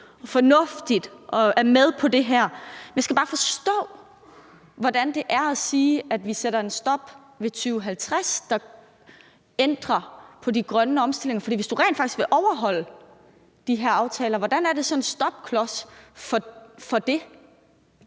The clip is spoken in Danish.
fornuftigt og er med på det her. Jeg skal bare forstå, hvordan man kan sige, at det, at vi sætter en stopper for det i 2050, ændrer på den grønne omstilling. For hvis du rent faktisk vil overholde de aftaler, hvordan er det her så en stopklods for det?